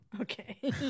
Okay